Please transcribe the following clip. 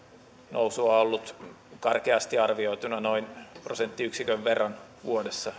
nousua ollut karkeasti arvioituna noin prosenttiyksikön verran vuodessa